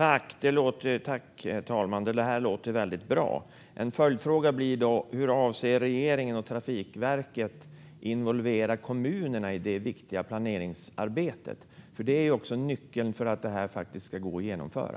Fru talman! Det här låter väldigt bra. En följdfråga blir då hur regeringen och Trafikverket avser att involvera kommunerna i det viktiga planeringsarbetet. Det är också en nyckel till att det här faktiskt ska gå att genomföra.